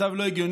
מצב לא הגיוני.